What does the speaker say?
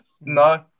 No